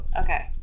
Okay